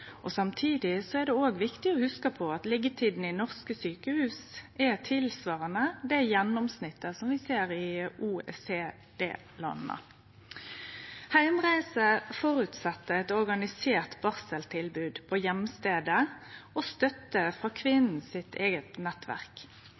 grunngjeven. Samtidig er det viktig å hugse på at liggjetida i norske sjukehus er tilsvarande gjennomsnittet i OECD-landa. Heimreise føreset eit organisert barseltilbod på heimstaden og